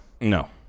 No